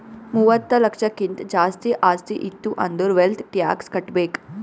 ಮೂವತ್ತ ಲಕ್ಷಕ್ಕಿಂತ್ ಜಾಸ್ತಿ ಆಸ್ತಿ ಇತ್ತು ಅಂದುರ್ ವೆಲ್ತ್ ಟ್ಯಾಕ್ಸ್ ಕಟ್ಬೇಕ್